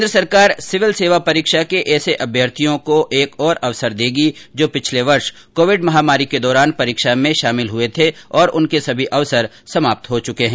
केन्द्र सरकार सिविल सेवा परीक्षा के ऐसे अभ्यर्थियों को एक और अवसर देगी जो पिछले वर्ष कोविड महामारी के दौरान परीक्षा में शामिल हुए थे और उनके सभी अवसर समाप्त हो चुके हैं